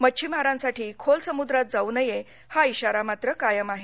मच्छीमारांसाठी खोल समुद्रात जाऊ नये हा इशारा मात्र कायम आहे